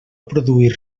produir